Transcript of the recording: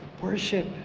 worship